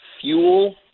fuel